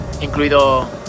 incluido